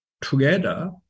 together